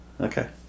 Okay